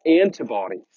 antibodies